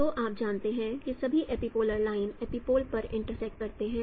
तो आप जानते हैं कि सभी एपीपोलर लाइन एपिपोल पर इंटरर्सेक्ट करते हैं